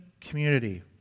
community